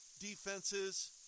defenses